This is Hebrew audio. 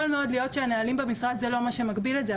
יכול מאוד להיות שהנהלים במשרד זה לא מה שמגביל את זה,